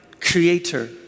Creator